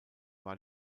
war